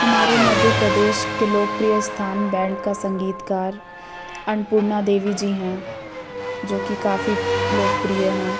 हमारे मध्य प्रदेश के लोकप्रिय स्थान बैंड का संगीतकार अन्नपूर्णा देवी जी हैं जो कि काफ़ी लोकप्रिय हैं